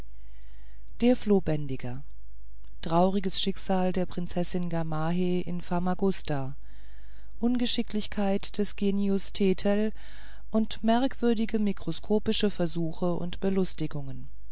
der flohbändiger trauriges schicksal der prinzessin gamaheh in famagusta ungeschicklichkeit des genius thetel und merkwürdige mikroskopische versuche und belustigungen